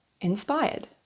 inspired